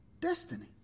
Destiny